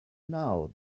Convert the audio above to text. now